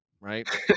right